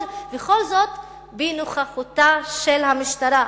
וכל זאת בנוכחותה של המשטרה.